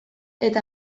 eta